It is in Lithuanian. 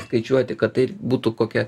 skaičiuoti kad tai būtų kokia